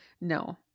No